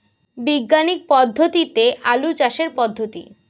বিজ্ঞানিক পদ্ধতিতে আলু চাষের পদ্ধতি?